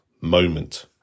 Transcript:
moment